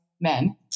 men